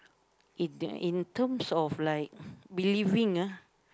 in the in terms of like believing ah